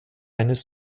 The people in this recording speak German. eines